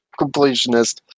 completionist